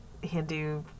Hindu